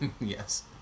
Yes